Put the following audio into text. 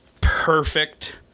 perfect